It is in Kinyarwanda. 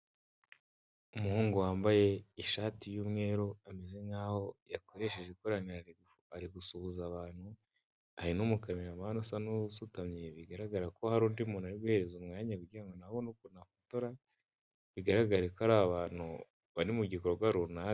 Umuhungu wambaye ishati y'umweru ameze nkaho yakoresheje ikoraniro ari gusuhuza abantu, hari n'umukameramani usa n'usutamye, bigaragare ko hari undi muntu ari guhereza umwanya kugira ngo nawe abone ukuntu afotora, bigaragare ko ari abantu bari mu gikorwa runaka.